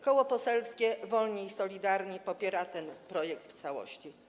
Koło Poselskie Wolni i Solidarni popiera ten projekt w całości.